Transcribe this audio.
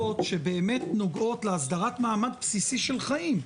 שבאמת נוגעות להסדרת מעמד בסיסי של חיים.